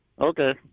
Okay